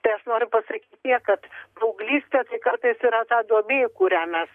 tai aš noriu pasakyt tiek kad paauglystė tai kartais yra ta duobė kurią mes